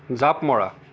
জাঁপ মৰা